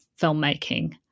filmmaking